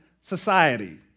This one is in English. society